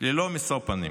ללא משוא פנים.